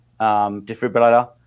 defibrillator